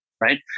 right